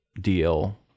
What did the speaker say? deal